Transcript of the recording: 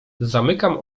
zamykam